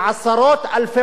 לא עובד או שניים.